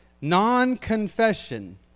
non-confession